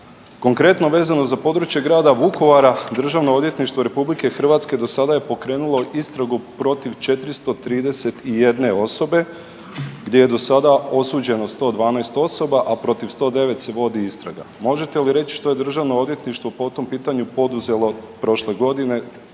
Konkretno vezano za područje grada Vukovara DORH do sada je pokrenulo istragu protiv 431 osobe gdje je do sada osuđeno 112 osoba, a protiv 109 se vodi istraga. Možete li reći što je DORH po tom pitanju poduzelo prošle godine